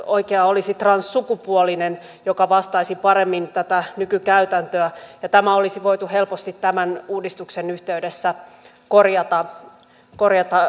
oikea olisi transsukupuolinen joka vastaisi paremmin tätä nykykäytäntöä ja tämä olisi voitu helposti tämän uudistuksen yhteydessä korjata